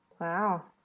Wow